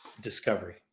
discovery